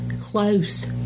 close